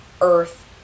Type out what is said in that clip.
earth